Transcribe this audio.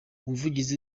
umuvugizi